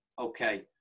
Okay